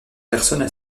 personnes